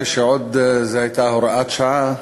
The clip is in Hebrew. כשזאת הייתה עדיין הוראת שעה,